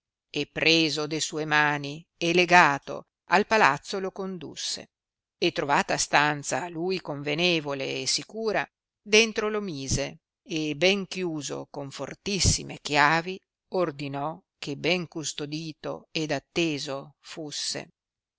e preso de sue mani e legato al palazzo lo condusse e trovata stanza a lui convenevole e sicura dentro lo mise e ben chiuso con fortissime chiavi ordinò che ben custodito ed atteso fusse